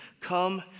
come